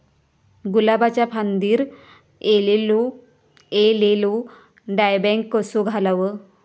गुलाबाच्या फांदिर एलेलो डायबॅक कसो घालवं?